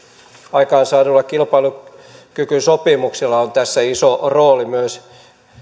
aikaansaadulla kilpailukykysopimuksella on tässä iso rooli myös